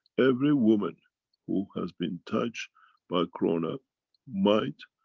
every woman who has been touched by corona might,